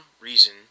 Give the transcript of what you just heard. reason